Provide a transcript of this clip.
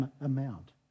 amount